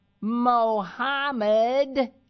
Mohammed